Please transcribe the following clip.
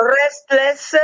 restless